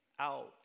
out